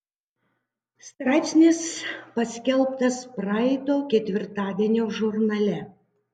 straipsnis paskelbtas praeito ketvirtadienio žurnale